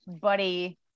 buddy